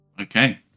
Okay